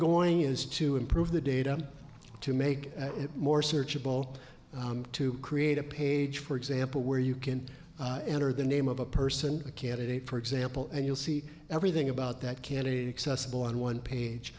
going is to improve the data to make it more searchable to create a page for example where you can enter the name of a person a candidate for example and you'll see everything about that candidate excess on one page